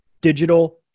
Digital